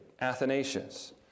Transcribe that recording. Athanasius